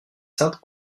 sainte